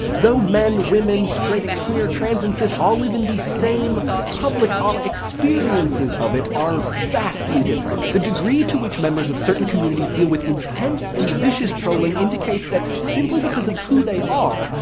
though men, women, straight, queer, trans, and cis all even the same public, our experiences of it are vastly different. the degree to which members of certain communities deal with intense and vicious trolling indicates that, simply because of who they are,